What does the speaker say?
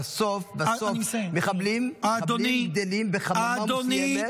בסוף מחבלים גדלים בחממה מסוימת,